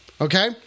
Okay